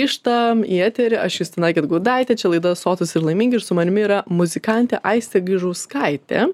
grįžtam į eterį aš justina gedgaudaitė čia laida sotūs ir laimingi ir su manimi yra muzikantė aistė gaižauskaitė